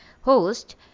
host